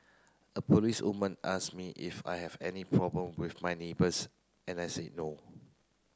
a policewoman asked me if I have any problem with my neighbours and I said no